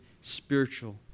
spiritual